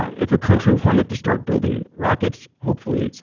ah if a country wanted to start building rockets, hopefully.